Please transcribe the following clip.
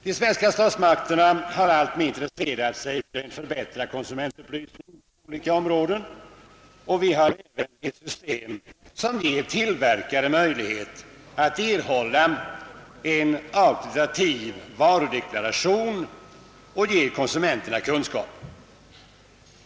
De svenska statsmakterna har alltmer intresserat sig för en förbättrad konsumentupplysning på olika områden, och vi har även ett system som ger tillverkare möjlighet att erhålla en auktoritativ varudeklaration som ger konsumenterna kunskap.